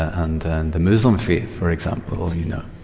and, and the muslim faith, for example, you know.